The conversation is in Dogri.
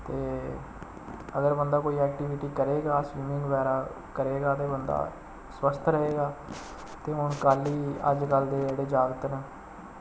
ते अगर बंदा कोई ऐक्टिविटी करेगा स्विमिंग बगैरा करेगा ते बंदा स्वस्थ रवे गा ते हून कल गी अज्जकल दे जेह्ड़े जागत न